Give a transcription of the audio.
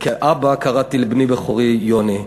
וכאבא קראתי לבני בכורי יוני.